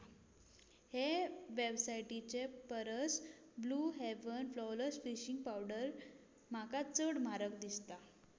हेर वेबसायटीचें परस Blue Heaven flawless finishing powder म्हाका चड म्हारग दिसता